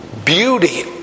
Beauty